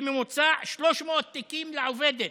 בממוצע 300 תיקים לעובדת,